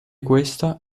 questa